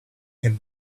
him